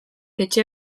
etxe